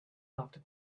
after